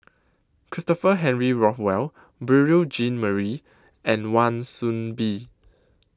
Christopher Henry Rothwell Beurel Jean Marie and Wan Soon Bee